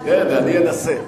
כן, אני אנסה.